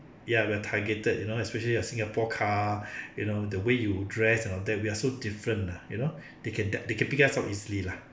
ya we're targeted you know especially your singapore car you know the way you dress and all that we are so different lah you know they can de~ they can pick us so easily lah